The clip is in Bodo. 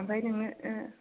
ओमफ्राय नोंनो